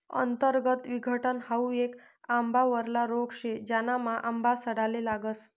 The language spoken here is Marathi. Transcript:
अंतर्गत विघटन हाउ येक आंबावरला रोग शे, ज्यानामा आंबा सडाले लागस